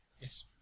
Yes